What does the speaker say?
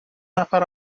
نفر